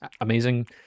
amazing